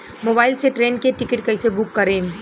Mobile से train के ticket कैसे बूक करेम?